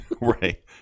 right